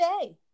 today